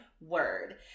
word